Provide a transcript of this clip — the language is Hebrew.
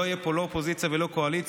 לא יהיה פה לא אופוזיציה ולא קואליציה,